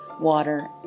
water